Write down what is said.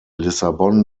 lissabon